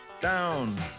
down